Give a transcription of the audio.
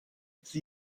sie